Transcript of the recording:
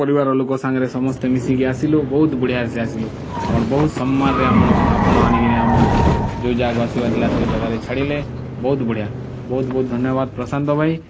ପରିବାରର ଲୋକ ସାଙ୍ଗରେ ସମସ୍ତେ ମିଶିକି ଆସିଲୁ ବହୁତ ବଢ଼ିଆ ସେ ଆସିଲୁ ଆପଣ ବହୁତ ସମ୍ମାନରେ ଆପଣ ଆଣିକିନା ଆମକୁ ଯେଉଁ ଜାଗା ଆସିବାର ଥିଲା ସେ ଜାଗାରେ ଛାଡ଼ିଲେ ବହୁତ ବଢ଼ିଆ ବହୁତ ବହୁତ ଧନ୍ୟବାଦ ପ୍ରଶାନ୍ତ ଭାଇ